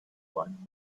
what